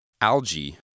Algae